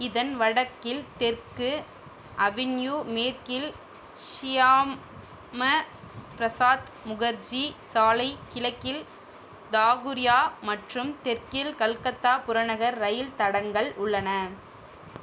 இதன் வடக்கில் தெற்கு அவென்யூ மேற்கில் ஷியாம்மபிரசாத் முகர்ஜி சாலை கிழக்கில் தாகுரியா மற்றும் தெற்கில் கல்கத்தா புறநகர் ரயில் தடங்கள் உள்ளன